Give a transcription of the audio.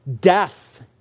death